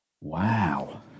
Wow